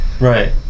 right